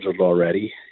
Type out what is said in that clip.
already